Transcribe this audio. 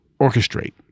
orchestrate